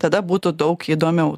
tada būtų daug įdomiau